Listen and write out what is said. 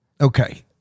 Okay